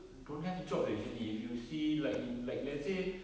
don't have jobs eh actually if you see like in like let's say